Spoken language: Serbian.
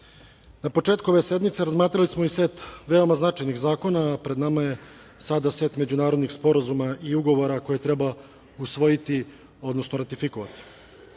Na početku ove sednice razmatrali smo i set veoma značajnih zakona, a pred nama je sada set međunarodnih sporazuma i ugovora koje treba usvojiti, odnosno ratifikovati. Podsetio